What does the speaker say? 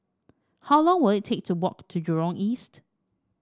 how long will it take to walk to Jurong East